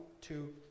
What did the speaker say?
two